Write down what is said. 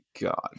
God